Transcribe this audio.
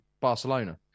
Barcelona